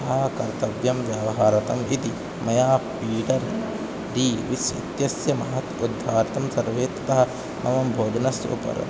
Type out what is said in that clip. न कर्तव्यं व्यवहारार्थम् इति मया पीटर् दि विस् इत्यस्य महत् उद्घारार्थं सर्वे ततः मम भोजनस्य उपरि